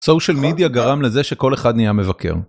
סושיאל מדיה גרם לזה שכל אחד נהיה מבקר.